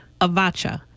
Avacha